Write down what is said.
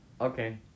Okay